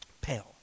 Pale